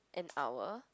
an hour